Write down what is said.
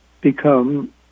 become